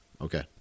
okay